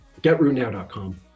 GetRootNow.com